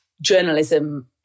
journalism